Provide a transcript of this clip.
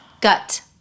Gut